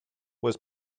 was